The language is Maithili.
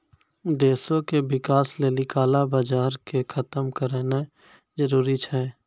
देशो के विकास लेली काला बजार के खतम करनाय जरूरी छै